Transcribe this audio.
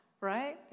right